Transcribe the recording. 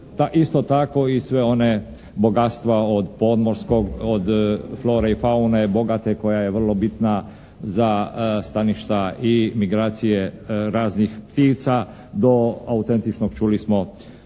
isto tako i sve one bogatstva od podmorskog, od flore i faune bogate koja je vrlo bitna za staništa i migracije raznih ptica do autentičnog, čuli smo, prostora